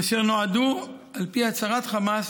ואשר נועדו, על פי הצהרת חמאס,